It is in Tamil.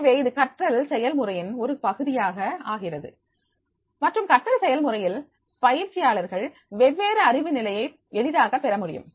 எனவே இது கற்றல் செயல்முறையின் ஒரு பகுதியாக ஆகிறது மற்றும் கற்றல் செயல்முறையில் பயிற்சியாளர்கள் வெவ்வேறு அறிவு நிலையை எளிதாக பெற முடியும்